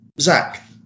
zach